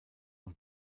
und